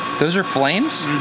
those are flames?